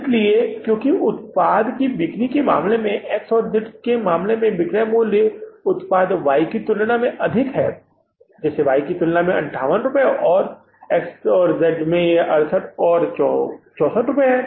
इसलिए क्योंकि उत्पाद की बिक्री के मामले में एक्स और जेड के मामले में बिक्री मूल्य अधिक है जो कि उत्पाद वाई के मामले में 58 की तुलना में 68 और 64 है